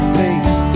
face